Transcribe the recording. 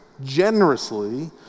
generously